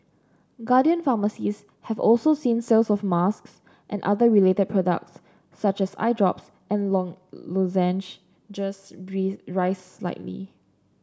guardian pharmacies have also seen sales of masks and other related products such as eye drops and long lozenges rise slightly